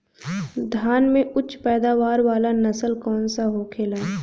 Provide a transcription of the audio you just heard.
धान में उच्च पैदावार वाला नस्ल कौन सा होखेला?